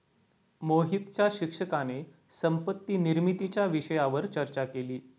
मोहितच्या शिक्षकाने संपत्ती निर्मितीच्या विषयावर चर्चा केली